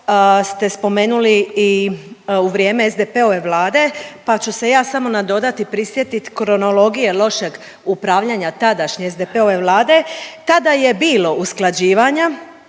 ste spomenuli i u vrijeme SDP-ove Vlade, pa ću se ja samo nadodat i prisjetit kronologije lošeg upravljanja tadašnje SDP-ove Vlade. Tada je bilo usklađivanja